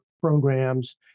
programs